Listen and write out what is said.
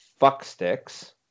fucksticks